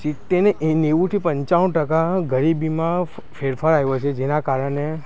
સિત્તેર નહીં એ નેવુંથી પંચાણુ ટકા ગરીબીમાં ફેરફાર આવ્યો છે જેનાં કારણે